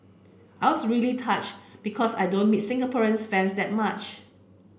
I was really touched because I don't meet Singaporean fans that much